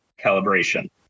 calibration